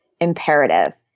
imperative